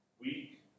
week